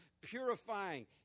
purifying